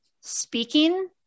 speaking